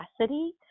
capacity